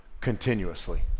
continuously